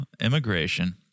immigration